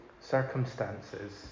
circumstances